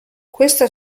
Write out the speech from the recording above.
questa